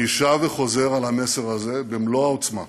אני שב וחוזר על המסר הזה במלוא העוצמה,